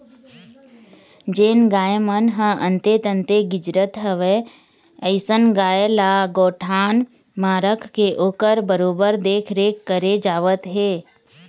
जेन गाय मन ह अंते तंते गिजरत हवय अइसन गाय ल गौठान म रखके ओखर बरोबर देखरेख करे जावत हे